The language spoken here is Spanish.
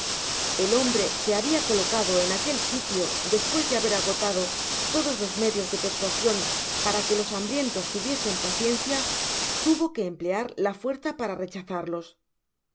bx hombre que había colocado en aquel sitio despues de haber agotado todos los medios de persuasion para que los hambrientos tuviesen paciencia tuvo que emplear la fuerza para rechazarlos